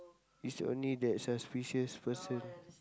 it's only that suspicious person